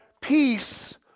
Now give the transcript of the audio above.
peace